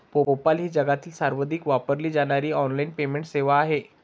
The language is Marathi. पेपाल ही जगातील सर्वाधिक वापरली जाणारी ऑनलाइन पेमेंट सेवा आहे